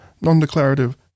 non-declarative